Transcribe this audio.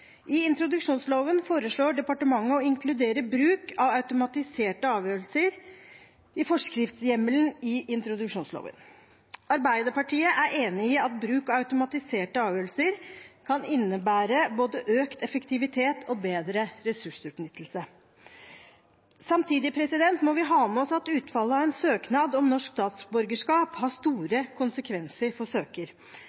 I introduksjonsloven foreslår departementet å inkludere bruk av automatiserte avgjørelser i forskriftshjemmelen i introduksjonsloven. Arbeiderpartiet er enig i at bruk av automatiserte avgjørelser kan innebære både økt effektivitet og bedre ressursutnyttelse. Samtidig må vi ha med oss at utfallet av en søknad om norsk statsborgerskap har store